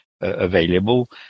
available